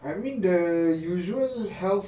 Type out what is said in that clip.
I mean the usual health